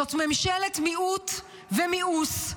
זאת ממשלת מיעוט ומיאוס,